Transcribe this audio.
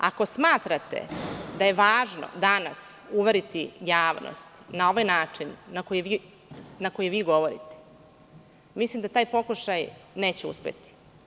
Ako smatrate da je važno danas uveriti javnost na ovaj način na koji vi govorite mislim da taj pokušaj neće uspeti.